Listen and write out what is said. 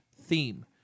theme